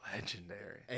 legendary